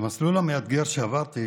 שהמסלול המאתגר שעברתי